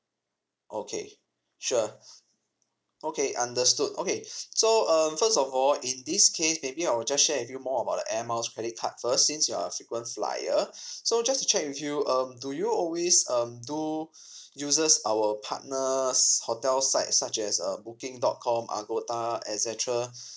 okay sure okay understood okay so um first of all in this case maybe I'll just share with you more about the air miles credit card first since you're a frequent flyer so just to check with you um do you always um do uses our partner's hotel site such as um booking dot com agoda etcetera